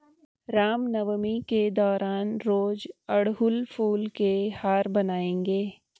रामनवमी के दौरान रोज अड़हुल फूल के हार बनाएंगे